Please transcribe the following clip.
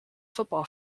football